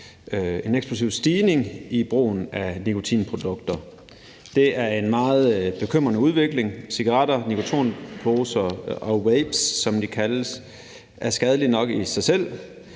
en eksplosiv stigning i brugen af nikotinprodukter. Det er en meget bekymrende udvikling. Cigaretter, nikotinposer og vapes, som de kaldes, er skadelige nok i sig selv,